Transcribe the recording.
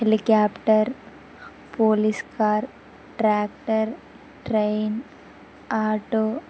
helicopter police car tractor train auto